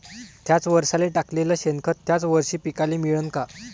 थ्याच वरसाले टाकलेलं शेनखत थ्याच वरशी पिकाले मिळन का?